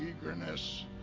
eagerness